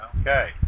Okay